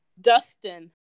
Dustin